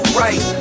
right